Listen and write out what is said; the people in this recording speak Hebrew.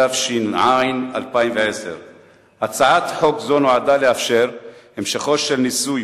התש"ע 2010. הצעת חוק זו נועדה לאפשר המשכו של ניסוי,